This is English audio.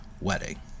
wedding